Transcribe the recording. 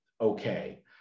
okay